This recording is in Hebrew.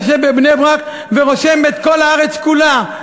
יושב בבני-ברק ורושם את כל הארץ כולה?